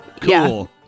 Cool